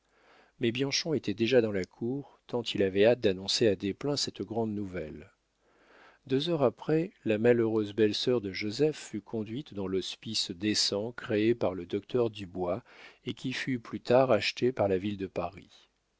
mais bianchon était déjà dans la cour tant il avait hâte d'annoncer à desplein cette grande nouvelle deux heures après la malheureuse belle-sœur de joseph fut conduite dans l'hospice décent créé par le docteur dubois et qui fut plus tard acheté par la ville de paris